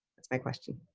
my question,